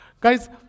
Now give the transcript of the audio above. Guys